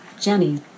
Jenny